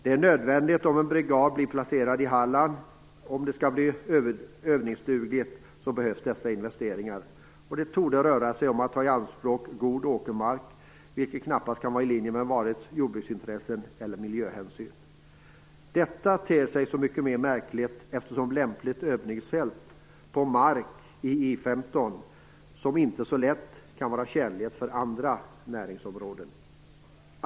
Detta är nödvändigt om en brigad placerad i Halland skall bli övningsduglig. Det torde handla om att ta god åkermark i anspråk. Det kan knappast vara i linje med vare sig jordbruksintresset eller miljöhänsynen. Detta ter sig som så mycket mer märkligt eftersom lämpligt övningsfält finns på I 15:s mark. Då rör det sig om mark som inte är så tjänlig för andra näringsområden.